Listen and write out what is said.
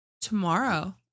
tomorrow